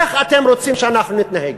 איך אתם רוצים שאנחנו נתנהג?